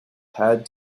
had